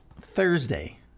Thursday